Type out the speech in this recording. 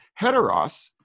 Heteros